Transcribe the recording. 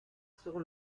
sur